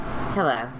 Hello